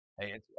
Hey